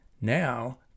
Now